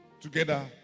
together